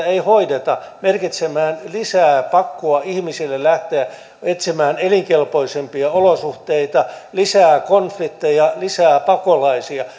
ei hoideta merkitsemään ihmisille lisää pakkoa lähteä etsimään elinkelpoisempia olosuhteita lisää konflikteja lisää pakolaisia